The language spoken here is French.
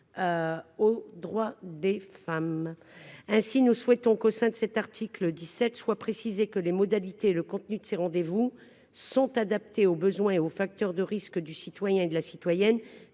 aux droits des femmes, ainsi, nous souhaitons qu'au sein de cet article 17 soit précisé que les modalités, le contenu de ces rendez-vous sont adaptés aux besoins et aux facteurs de risque du citoyen et de la citoyenne,